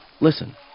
listen